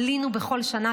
ועלינו בכל שנה.